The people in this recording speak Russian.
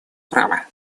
права